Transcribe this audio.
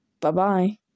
Bye-bye